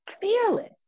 fearless